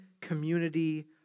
community